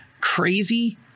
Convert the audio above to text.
Crazy